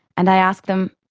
and i ask them,